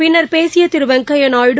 பின்னர் பேசியதிருவெங்கையாநாயுடு